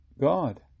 God